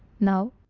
now,